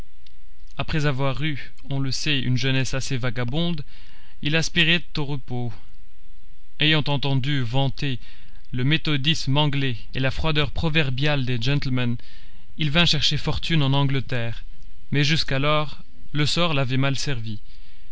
après avoir eu on le sait une jeunesse assez vagabonde il aspirait au repos ayant entendu vanter le méthodisme anglais et la froideur proverbiale des gentlemen il vint chercher fortune en angleterre mais jusqu'alors le sort l'avait mal servi